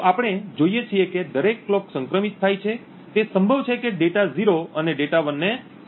તો આપણે જોઈએ છીએ કે દરેક કલોક સંક્રમિત થાય છે તે સંભવ છે કે ડેટા 0 અને ડેટા 1 ને સંક્રમણ કરી શકે છે